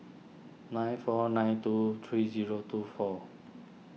nine four nine two three zero two four